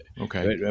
okay